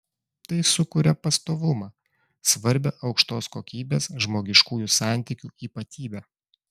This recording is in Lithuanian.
tai sukuria pastovumą svarbią aukštos kokybės žmogiškųjų santykių ypatybę